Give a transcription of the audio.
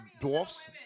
dwarfs